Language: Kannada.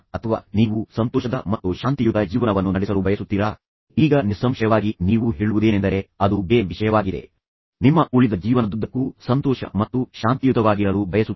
ಕೊನೆಯಲ್ಲಿ ಎರಡೂ ಸಂದರ್ಭಗಳಲ್ಲಿ ಅವರು ತಾವು ಮೊದಲು ಗೌರವಿಸುವುದಕ್ಕಿಂತ ಹೆಚ್ಚು ಗೌರವಿಸಬೇಕು ಮತ್ತು ಪ್ರೀತಿ ಪ್ರತಿ ಸಂಘರ್ಷದ ಪರಿಹಾರದೊಂದಿಗೆ ಆಳವಾಗಿ ಬೆಳೆಯಬೇಕು